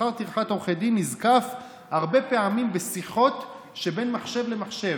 שכר טרחת עורכי הדין נזקף הרבה פעמים בשיחות שבין מחשב למחשב.